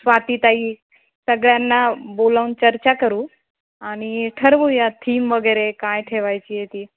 स्वातीताई सगळ्यांना बोलावून चर्चा करू आणि ठरवू या थीम वगैरे काय ठेवायची आहे ती